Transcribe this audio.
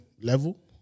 level